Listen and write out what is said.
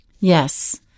Yes